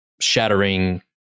shattering